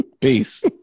Peace